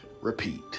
repeat